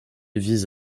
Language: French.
vise